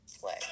Play